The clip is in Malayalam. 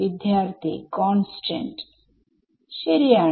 വിദ്യാർത്ഥി കോൺസ്റ്റന്റ് ശരിയാണ്